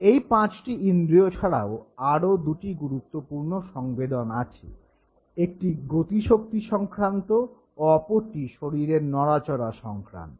এই পাঁচটি ইন্দ্রিয় ছাড়াও আরো দু'টি গুরুত্বপূর্ণ সংবেদন আছে একটি গতিশক্তি সংক্রান্ত ও অপরটি শরীরের নড়াচড়া সংক্রান্ত